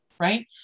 right